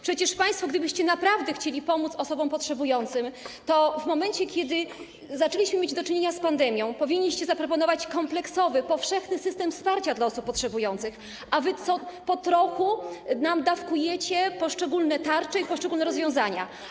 Przecież państwo, gdybyście naprawdę chcieli pomóc osobom potrzebującym, to w momencie kiedy zaczęliśmy mieć do czynienia z pandemią, powinniście zaproponować kompleksowy, powszechny system wsparcia dla osób potrzebujących, a wy po trochu nam dawkujecie poszczególne tarcze i poszczególne rozwiązania.